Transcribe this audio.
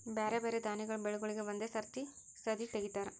ಬ್ಯಾರೆ ಬ್ಯಾರೆ ದಾನಿಗಳ ಬೆಳಿಗೂಳಿಗ್ ಒಂದೇ ಸರತಿ ಸದೀ ತೆಗಿತಾರ